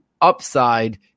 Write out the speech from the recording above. upside